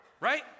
right